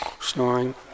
snoring